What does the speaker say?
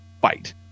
fight